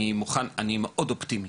אני מאוד אופטימי.